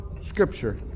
scripture